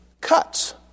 cuts